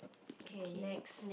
K next